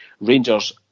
Rangers